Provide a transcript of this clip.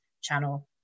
channel